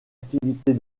activités